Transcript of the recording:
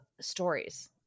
stories